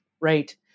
right